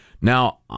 Now